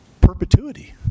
perpetuity